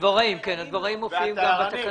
הדבוראים מופיעים גם בתקנות.